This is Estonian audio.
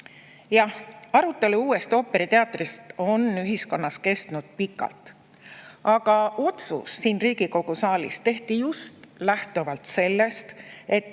Jah, arutelu uue ooperiteatri üle on ühiskonnas kestnud pikalt. Aga otsus siin Riigikogu saalis tehti just lähtuvalt sellest, et